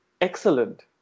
excellent